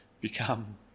become